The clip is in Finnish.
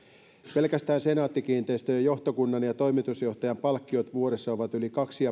pelkästään senaatti kiinteistöjen johtokunnan ja toimitusjohtajan palkkiot vuodessa ovat yli kaksi